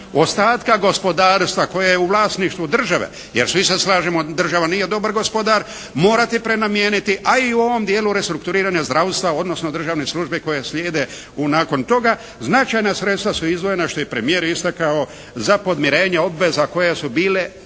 ostatka gospodarstva koje je u vlasništvu države, jer svi se slažemo država nije dobar gospodar, morati prenamijeniti, a i u ovom dijelu restrukturiranja zdravstva, odnosno državne službe koje slijede nakon toga značajna sredstva su izdvojena što je premijer istakao za podmirenje obveza koje su bile